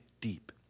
deep